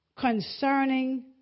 concerning